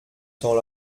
temps